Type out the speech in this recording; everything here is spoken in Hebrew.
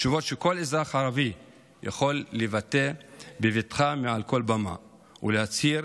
תשובות שכל אזרח ערבי יכול לבטא בבטחה מעל כל במה ולהצהיר